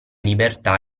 libertà